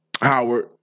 Howard